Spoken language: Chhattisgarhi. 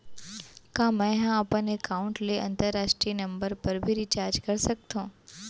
का मै ह अपन एकाउंट ले अंतरराष्ट्रीय नंबर पर भी रिचार्ज कर सकथो